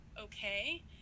okay